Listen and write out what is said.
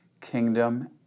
kingdom